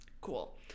Cool